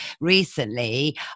recently